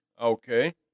Okay